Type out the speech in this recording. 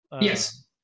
Yes